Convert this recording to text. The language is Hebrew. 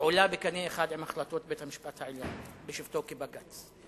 עולה בקנה אחד עם החלטות בית-המשפט העליון בשבתו כבג"ץ.